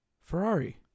Ferrari